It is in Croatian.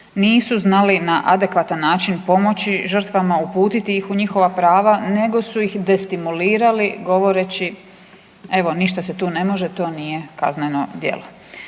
nisu znali na adekvatan način pomoći žrtvama, uputiti ih u njihova prava, nego su ih destimulirali govoreći, evo, ništa se tu ne može, to nije kazneno djelo.